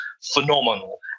phenomenal